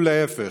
להפך.